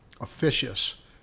officious